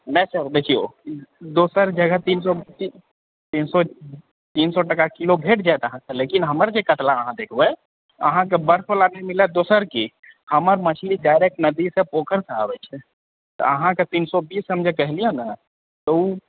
नहि सर देखियो दोसर जगह तीन सए तीन सए तीन सए टका किलो भेट जायत अहाँके लेकिन हमर जे कतला अहाँ देखबै अहाँके बर्फ बला नहि मिलत दोसर कि हमर मछली डायरेक्ट नदी से पोखरि से आबै छै तऽ अहाँके तीन सए बीस हम जे कहलियै ने तऽ ओ